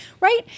right